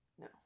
No